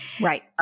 Right